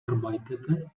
arbeitete